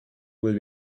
will